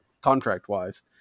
contract-wise